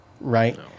Right